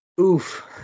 Oof